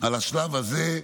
על השלב הזה,